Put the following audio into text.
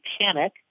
panic